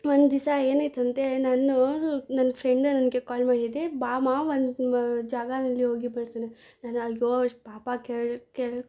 ಒಂದಿಸ ಏನಾಯ್ತಂದರೆ ನಾನು ನನ್ನ ಫ್ರೆಂಡ ನನಗೆ ಕಾಲ್ ಮಾಡಿದ್ದೆ ಬಾ ಮಾ ಒಂದು ಜಾಗದಲ್ಲಿ ಹೋಗಿ ಬರ್ತಿನಿ ನಾನು ಅಯ್ಯೋ ಅಷ್ಟು ಪಾಪ ಕೇಳಿ ಕೇಳಿ